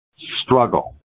struggle